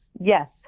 Yes